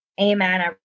amen